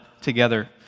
together